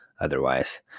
Otherwise